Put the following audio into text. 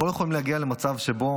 אנחנו לא יכולים להגיע למצב שבו